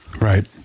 Right